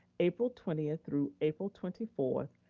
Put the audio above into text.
april twentieth through april twenty fourth,